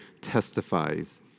testifies